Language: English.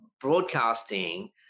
broadcasting